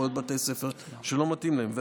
יכולים להיות בתי ספר שלא מתאים להם.